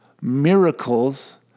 miracles